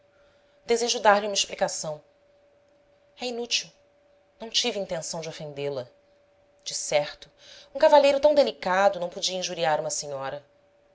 desejo dar-lhe uma explicação é inútil não tive intenção de ofendê la decerto um cavalheiro tão delicado não podia injuriar uma senhora